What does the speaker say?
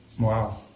Wow